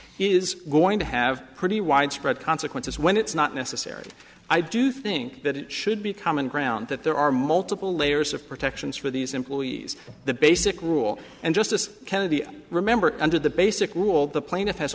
doctrine is going to have pretty widespread consequences when it's not necessary i do think that it should be common ground that there are multiple layers of protections for these employees the basic rule and justice kennedy remember under the basic rule the pla